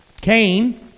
Cain